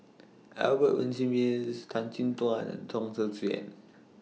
Albert Winsemius Tan Chin Tuan and Chong Tze Chien